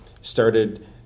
started